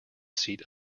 seat